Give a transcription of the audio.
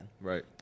right